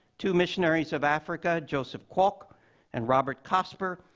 two missionaries of africa, joseph cuoq and robert caspar,